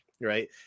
right